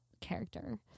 character